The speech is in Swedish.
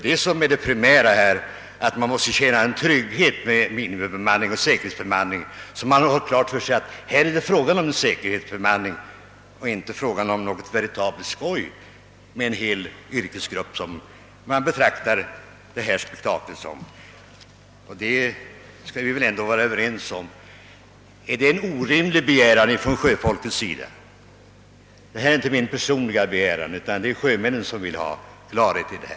Det primära är väl att man måste känna en trygghet med minimibemanningen och säkerhetsbemanningen så att man har klart för sig att här är det fråga om säkerhetsbemanning och inte fråga om något veritabelt skoj med en hel yrkesgrupp som betraktar detta resultat som ett sådant. Det skall vi väl ändå vara överens om. Är det en orimlig begäran från sjöfolkets sida? Det är inte en rent personlig begäran, utan det är sjöfolket som vill ha klarhet i detta.